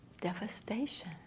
devastation